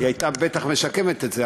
זה היה בטח משקם את זה,